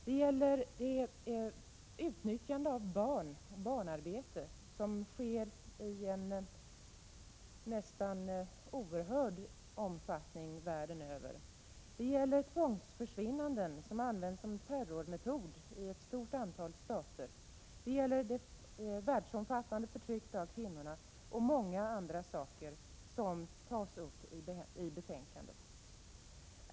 Det gäller utnyttjande av barn och barnarbete, något som sker i en oerhört stor omfattning världen över. Det gäller tvångsförsvinnanden — en terrormetod som använts i ett stort antal stater. Det gäller det världsomfattande förtrycket av kvinnorna och många andra saker som tas upp i betänkandet.